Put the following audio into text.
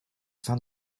fin